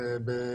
שוב,